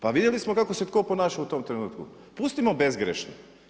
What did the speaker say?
Pa vidjeli smo kako se tko ponašao u tom trenutku, pustimo bezgrešne.